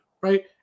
right